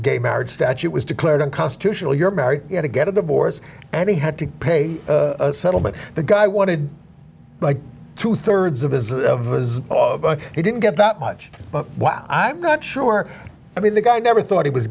gay marriage statute was declared unconstitutional you're married to get a divorce and he had to pay a settlement the guy wanted two thirds of his was he didn't get that much wow i'm not sure i mean the guy never thought he was